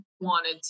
wanted